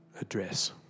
address